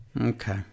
Okay